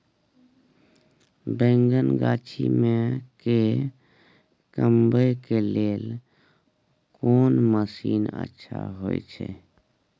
बैंगन गाछी में के कमबै के लेल कोन मसीन अच्छा होय छै?